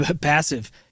passive